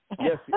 Yes